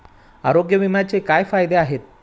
आरोग्य विम्याचे काय फायदे आहेत?